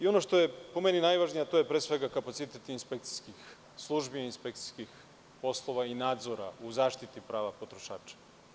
Ono što je, po meni, najvažnije, to je kapacitet inspekcijskih službi, inspekcijskih poslova i nadzora u zaštiti prava potrošača.